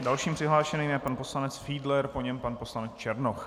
Dalším přihlášeným je pan poslanec Fiedler, po něm pan poslanec Černoch.